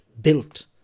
built